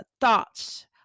thoughts